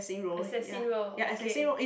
assassin world okay